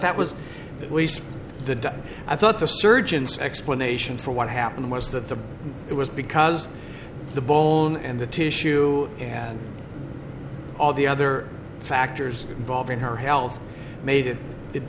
that was waste the i thought the surgeons explanation for what happened was that the it was because the bone and the tissue and all the other factors involved in her health made it